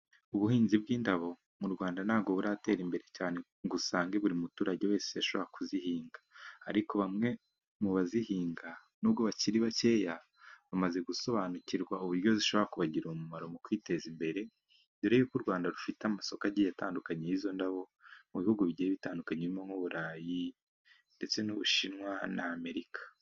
Ubuhinzi bw'indabo mu Rwanda, ntabwo buratera imbere cyane ,ngo usange buri muturage wese yashobora kuzihinga .Ariko bamwe mu bazihinga nubwo bakiri bakeya ,bamaze gusobanukirwa uburyo zishobora kubagirira umumaro mu kwiteza imbere . Mbere y'uko u Rwanda rufite amasoko agiye atandukanye y'izo ndabo , mu bihugu bigiye bitandukanye: nk'Uburayi ndetse n'Ubushinwa na Amerika.